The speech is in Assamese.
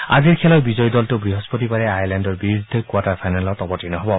আজিৰ খেলৰ বিজয়ী দলটো বৃহস্পতিবাৰে আয়াৰলেণ্ডৰ বিৰুদ্ধে কোৱাৰ্টাৰ ফাইনেলত অৱতীৰ্ণ হ'ব